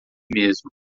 mesmo